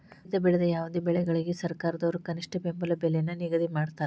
ರೈತ ಬೆಳೆದ ಯಾವುದೇ ಬೆಳೆಗಳಿಗೆ ಸರ್ಕಾರದವ್ರು ಕನಿಷ್ಠ ಬೆಂಬಲ ಬೆಲೆ ನ ನಿಗದಿ ಮಾಡಿರ್ತಾರ